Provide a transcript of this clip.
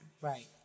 Right